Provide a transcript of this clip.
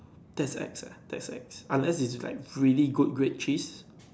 that's ex leh that's ex unless it's like really good grade cheese